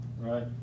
Right